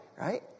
right